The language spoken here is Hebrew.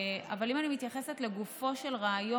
אבל אם אני מתייחסת לגופו של רעיון,